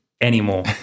anymore